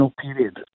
period